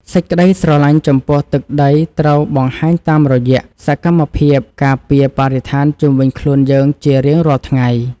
សេចក្តីស្រឡាញ់ចំពោះទឹកដីត្រូវបង្ហាញតាមរយៈសកម្មភាពការពារបរិស្ថានជុំវិញខ្លួនយើងជារៀងរាល់ថ្ងៃ។